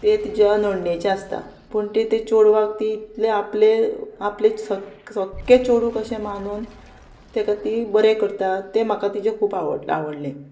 तें तिज्या नडणेचें आसता पूण तें तें चोडवाक ती इतलें आपले आपले सक सक्कें चोडूंक अशें मानून ताका ती बरें करता तें म्हाका तिचें खूब आवड आवडलें